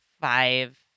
five